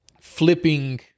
Flipping